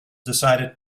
decided